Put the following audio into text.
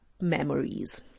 memories